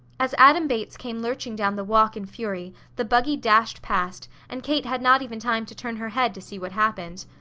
as adam bates came lurching down the walk in fury the buggy dashed past and kate had not even time to turn her head to see what happened.